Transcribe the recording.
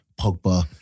Pogba